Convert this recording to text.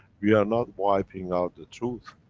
we are not wiping out the truth,